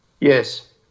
Yes